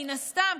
מן הסתם,